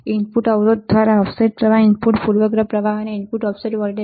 input અવરોધ દ્વારા offset પ્રવાહ ઇનપુટ પૂર્વગ્રહ પ્રવાહ અને ઇનપુટ ઓફસેટ વોલ્ટેજ